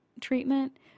treatment